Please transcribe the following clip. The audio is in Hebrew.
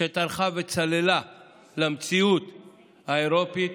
שטרחה וצללה למציאות האירופית,